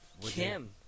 Kim